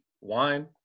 wine